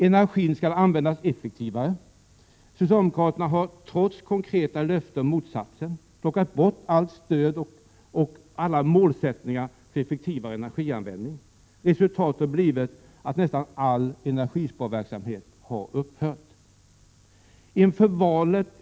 Energin skall användas effektivare — socialdemokraterna har, trots konkreta löften om motsatsen, plockat bort allt stöd och alla målsättningar för effektivare energianvändning. Resultatet har blivit att nästan all energisparverksamhet har upphört.